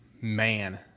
man